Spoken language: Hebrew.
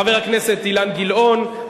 חבר הכנסת אילן גילאון,